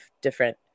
different